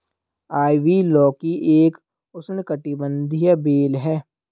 ivy लौकी एक उष्णकटिबंधीय बेल है